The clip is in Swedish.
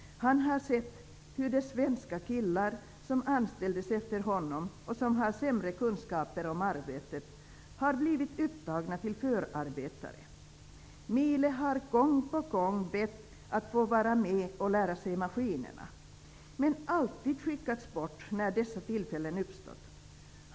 Han har sett hur de svenska killar, som anställdes efter honom och som har sämre kunskaper om arbetet, har blivit upptagna till förarbetare. Mile har gång på gång bett att få vara med och lära sig maskinerna, men alltid skickats bort när dessa tillfällen uppstått.